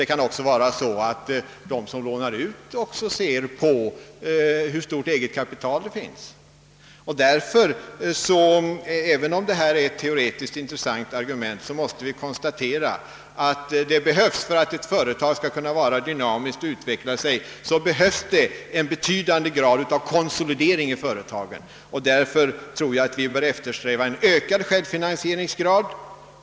Det kan också vara så att de som lånar ut pengar ser på hur stort det egna kapitalet är. Även om argumentet teoretiskt är mycket intressant, måste man konstatera att det, för att ett företag skall kunna vara dynamiskt och utvecklas, behövs en betydande grad av konsolidering av företaget. Jag tror därför att vi bör eftersträva en ökad självfinansieringsgrad.